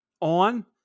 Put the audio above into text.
on